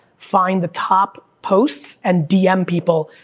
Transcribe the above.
find the top posts and dm people,